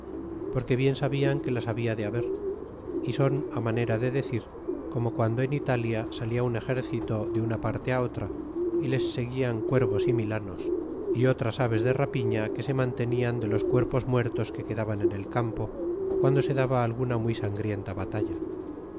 porque bien sabían que las habla de haber y son á manera de decir como guando en italia salia un exército de una parte otra y les seguían cuervos y milanos y otras aves de rapiña que se mantenían de los cuerpos muertos que quedaban en el campo guando se daba alguna muy sangrienta batalla